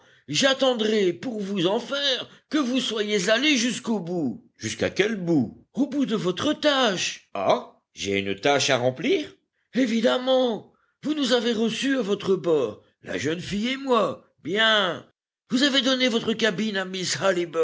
j'attendrai pour vous en faire que vous soyez allé jusqu'au bout jusqu'à quel bout au bout de votre tâche ah j'ai une tâche à remplir évidemment vous nous avez reçus à votre bord la jeune fille et moi bien vous avez donné votre cabine à miss